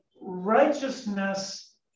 righteousness